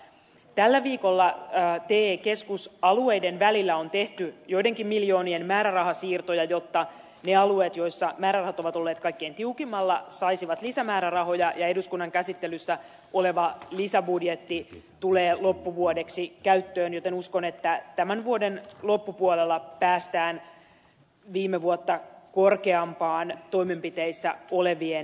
tällä viikolla te keskusalueiden välillä on tehty joidenkin miljoonien määrärahasiirtoja jotta ne alueet joilla määrärahat ovat olleet kaikkein tiukimmalla saisivat lisämäärärahoja ja eduskunnan käsittelyssä oleva lisäbudjetti tulee loppuvuodeksi käyttöön joten uskon että tämän vuoden loppupuolella päästään viime vuotta korkeampaan toimenpiteissä olevien määrään